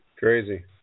Crazy